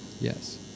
Yes